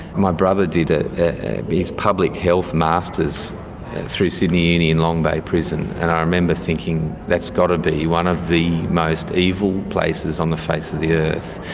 my brother did ah his public health masters through sydney uni in long bay prison, and i remember thinking that's got to be one of the most evil places on the face of the earth,